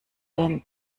den